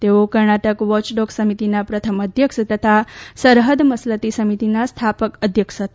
તેઓ કર્ણાટક વોચડોગ સમિતિના પ્રથમ અધ્યક્ષ તથા સરહદ મસલતી સમિતિના સ્થાપક અધ્યક્ષ હતા